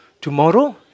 tomorrow